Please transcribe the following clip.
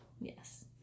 Yes